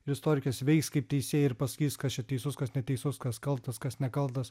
ir istorikės veiks kaip teisėjai ir pasakys kas čia teisus kas neteisus kas kaltas kas nekaltas